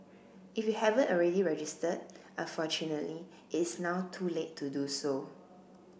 if you haven't already registered unfortunately it's now too late to do so